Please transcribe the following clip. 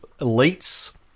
elites